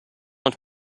want